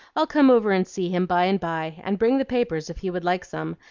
i'll come over and see him by-and-by, and bring the papers if he would like some,